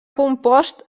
compost